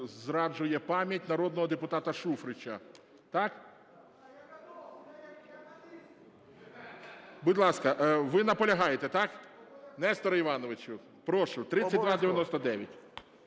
зраджує пам'ять, народного депутата Шуфрича. Так? Будь ласка. Ви наполягаєте, так? Несторе Івановичу, прошу, 3299.